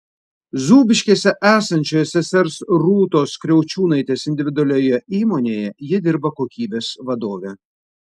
zūbiškėse esančioje sesers rūtos kriaučiūnaitės individualioje įmonėje ji dirba kokybės vadove